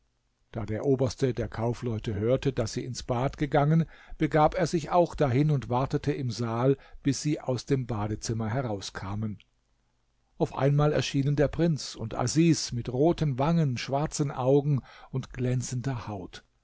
da der oberste der kaufleute hörte daß sie ins bad gegangen begab er sich auch dahin und wartete im saal bis sie aus dem badezimmer herauskamen auf einmal erschienen der prinz und asis mit roten wangen schwarzen augen und glänzender haut